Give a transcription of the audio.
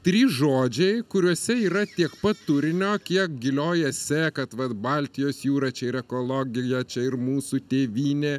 trys žodžiai kuriuose yra tiek pat turinio kiek gilioj esė kad va baltijos jūra čia ir ekologija čia ir mūsų tėvynė